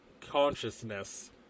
consciousness